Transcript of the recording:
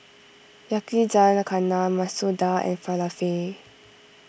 Yakizakana Masoor Dal and Falafel